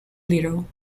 little